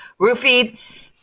roofied